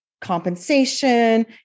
compensation